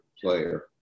player